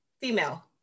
female